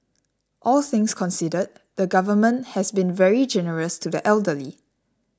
all things considered the Government has been very generous to the elderly